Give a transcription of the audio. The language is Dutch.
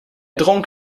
dronk